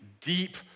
deep